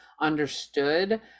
understood